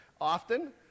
often